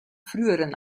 früheren